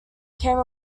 became